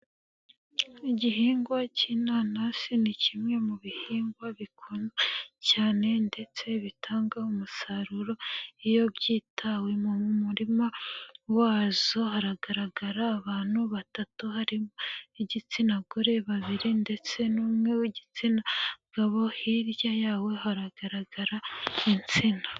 Igihingwa k'inanasi ni kimwe mu bihingwa bikunzwe cyane ndetse bitanga umusaruro iyo byitawe, mu murima wazo hagaragara abantu batatu harimo ab'igitsina gore babiri ndetse n'umwe w'igitsina gabo, hirya yawo haragaragara insina.